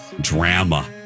Drama